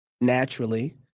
naturally